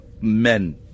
men